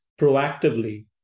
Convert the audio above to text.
proactively